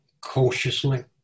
cautiously